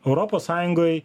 europos sąjungoj